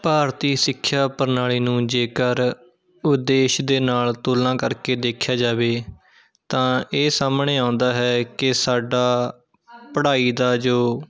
ਭਾਰਤੀ ਸਿੱਖਿਆ ਪ੍ਰਣਾਲੀ ਨੂੰ ਜੇਕਰ ਉਦੇਸ਼ ਦੇ ਨਾਲ਼ ਤੁਲਨਾ ਕਰਕੇ ਦੇਖਿਆ ਜਾਵੇ ਤਾਂ ਇਹ ਸਾਹਮਣੇ ਆਉਂਦਾ ਹੈ ਕਿ ਸਾਡਾ ਪੜ੍ਹਾਈ ਦਾ ਜੋ